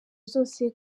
zose